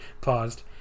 paused